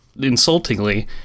insultingly